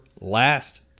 last